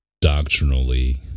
doctrinally